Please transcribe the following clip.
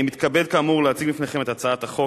אני מתכבד כאמור להציג בפניכם את הצעת חוק